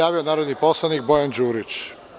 Reč ima narodni poslanik Bojan Đurić.